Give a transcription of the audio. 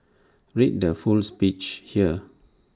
read the full speech here